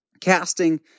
casting